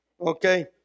Okay